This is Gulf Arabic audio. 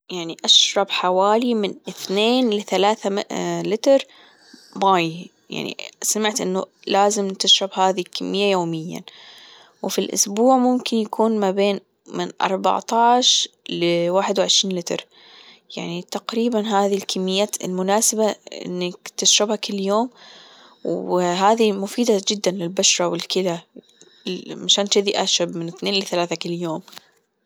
يعني أشرب حوالي من اثنين لثلاثة لتر ماي يعني سمعت أنه لازم تشرب هذي الكمية يوميا وفي الأسبوع ممكن يكون ما بين من أربعطاش لواحد وعشرين لتر يعني تقريبا هذي الكميات المناسبة إنك تشربها كل يوم وهذي مفيدة جدا للبشرة والكلي عشان ذي أشرب من اثنين لثلاثة كل يوم.